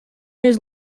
years